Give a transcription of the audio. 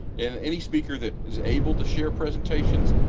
any speaker that is able to share presentations.